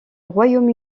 royaume